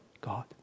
God